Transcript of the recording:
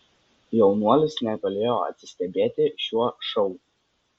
jaunuolis negalėjo atsistebėti šiuo šou